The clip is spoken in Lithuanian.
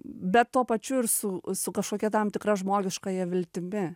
bet tuo pačiu ir su su kažkokia tam tikra žmogiškąja viltimi